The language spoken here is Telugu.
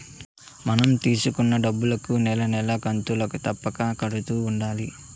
మనం తీసుకున్న డబ్బులుకి నెల నెలా కంతులు తప్పక కడుతూ ఉండాలి